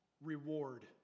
reward